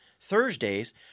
Thursdays